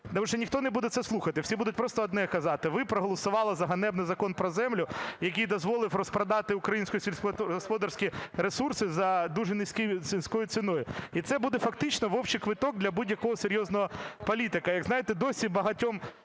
тому що ніхто не буде це слухати, всі будуть просто одне казати: "Ви проголосували за ганебний закон про землю, який дозволив розпродати українські сільськогосподарські ресурси за дуже низькою ціною". І це буде фактично "вовчий квиток" для будь-якого серйозного політика,